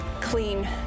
clean